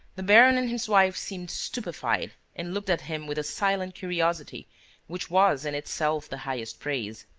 the baron and his wife seemed stupefied and looked at him with a silent curiosity which was, in itself, the highest praise.